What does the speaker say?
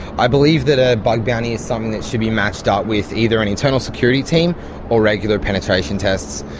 i believe that a bug bounty is something that should be matched up with either an internal security team or regular penetration tests.